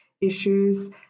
issues